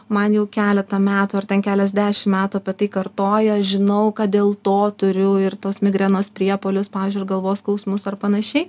man jau keletą metų ten keliasdešimt metų apie tai kartoja žinau kad dėl to turiu ir tos migrenos priepuolius pavyzdžiui ir galvos skausmus ar panašiai